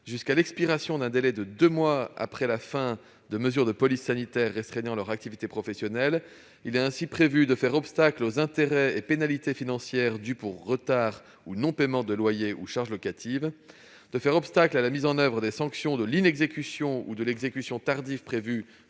Jusqu'à l'expiration d'un délai de deux mois après la fin de mesures de police sanitaire restreignant leur activité professionnelle, il est ainsi prévu de faire obstacle aux intérêts et pénalités financières dus pour retard ou non-paiement de loyers ou charges locatives, à la mise en oeuvre des sanctions de l'inexécution ou de l'exécution tardive prévues